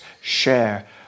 share